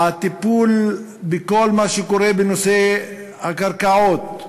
הטיפול בכל מה שקורה בנושא הקרקעות.